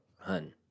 hun